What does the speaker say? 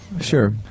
Sure